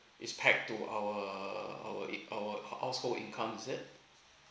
it's packed to our our it our household incomes is it